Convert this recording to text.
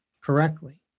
correctly